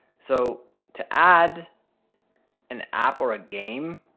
so to add an app or a game,